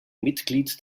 mitglied